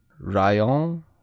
Rayon